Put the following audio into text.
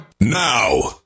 now